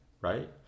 Right